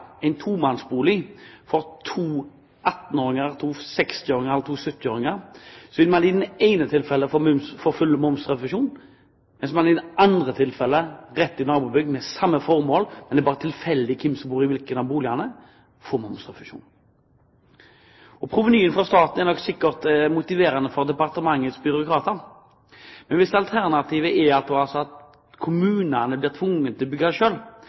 en tomannsbolig for to 18-åringer, to 60-åringer eller to 70-åringer, vil man i det ene tilfellet få full momsrefusjon, mens man i det andre tilfellet, i et nabobygg med samme formål, og det er tilfeldig hvem som bor i hvilken av boligene, ikke får momsrefusjon. Provenyet fra staten er nok sikkert motiverende for departementets byråkrater, men hvis alternativet er at kommunene blir tvunget til å bygge